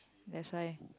that's why